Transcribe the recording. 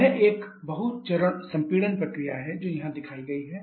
यह एक बहु चरण संपीड़न प्रक्रिया है जो यहां दिखाई गई है